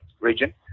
region